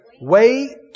Wait